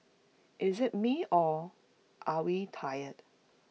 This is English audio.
is IT me or are we tired